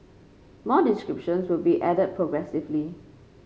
more descriptions will be added progressively